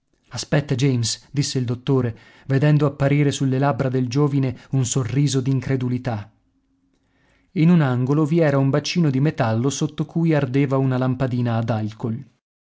aspetta james disse il dottore vedendo apparire sulle labbra del giovine un sorriso d'incredulità in un angolo vi era un bacino di metallo sotto cui ardeva una lampadina ad alcool